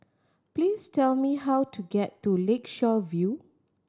please tell me how to get to Lakeshore View